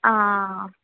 ആ ആ ആ